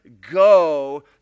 go